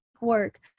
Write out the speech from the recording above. work